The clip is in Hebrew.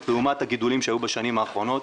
לעומת הגידולים שהיו בשנים האחרונות.